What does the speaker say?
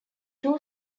two